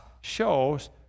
shows